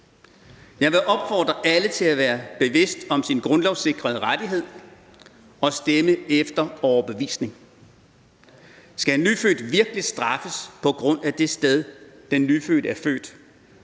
Jeg vil opfordre alle til at være bevidste om deres grundlovssikrede rettighed og stemme efter overbevisning. Skal en nyfødt virkelig straffes på grund af det sted, den nyfødte er født?